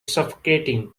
suffocating